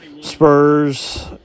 Spurs